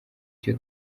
cyo